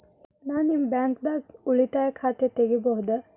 ನಾ ನಿಮ್ಮ ಬ್ಯಾಂಕ್ ದಾಗ ಉಳಿತಾಯ ಖಾತೆ ತೆಗಿಬಹುದ?